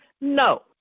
no